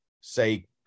say